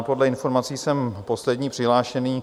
Podle informací jsem poslední přihlášený.